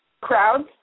crowds